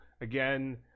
again